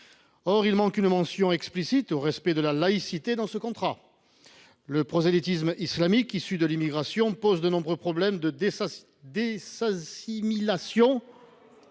Il manque une mention explicite du respect de la laïcité dans ce contrat. Le prosélytisme islamique issu de l’immigration pose de nombreux problèmes de désassimilation…